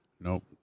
Nope